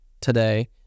today